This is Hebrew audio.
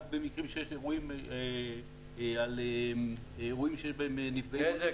רק במקרים שיש אירועים שיש בהם נפגעי נזק.